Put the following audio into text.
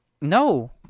no